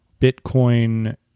Bitcoin